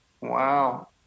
Wow